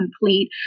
complete